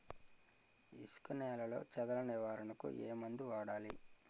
ఇసుక నేలలో చదల నివారణకు ఏ మందు వాడాలి?